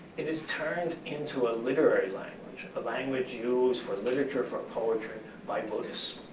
it is turned into a literary language, a language used for literature, for poetry by buddhists.